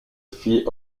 fit